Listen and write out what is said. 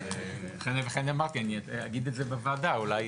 ולכן אמרתי שאגיד את זה בוועדה; אולי